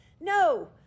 no